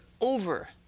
over